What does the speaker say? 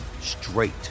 straight